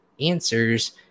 answers